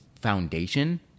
foundation